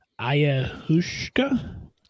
ayahuasca